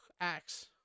axe